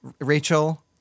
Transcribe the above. Rachel